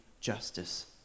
justice